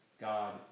God